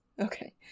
okay